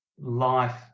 life